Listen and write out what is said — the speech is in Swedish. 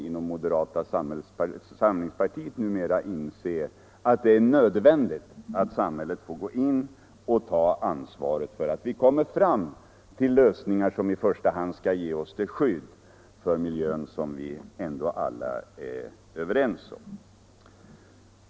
inom moderata samlingspartiet numera inse att det är nödvändigt att samhället går in och tar ansvar för att komma fram till lösningar som i första hand skall ge oss det skydd för miljön som vi ändå alla är överens om.